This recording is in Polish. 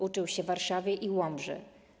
Uczył się w Warszawie i Łomży.